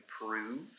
improve